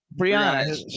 Brianna